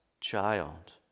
child